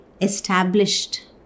established